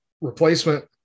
replacement